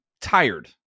tired